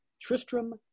Tristram